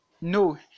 No